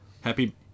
Happy